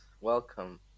Welcome